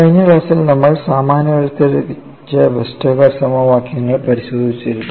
കഴിഞ്ഞ ക്ലാസ്സിൽ നമ്മൾ സാമാന്യവൽക്കരിച്ച വെസ്റ്റർഗാർഡ് സമവാക്യങ്ങൾ പരിശോധിച്ചിരുന്നു